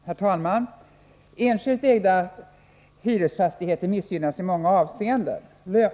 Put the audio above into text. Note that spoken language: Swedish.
Herr talman! Enskilt ägda hyresfastigheter missgynnas i många avseenden.